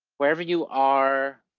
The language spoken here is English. wherever you are,